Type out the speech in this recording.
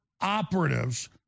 operatives